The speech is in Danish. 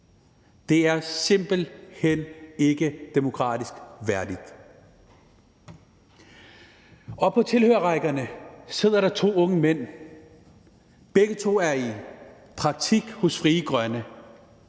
Det er simpelt hen ikke demokratiet værdigt. Oppe på tilhørerrækkerne sidder der to unge mænd. Begge to er i praktik hos Frie Grønne.